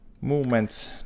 movements